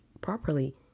properly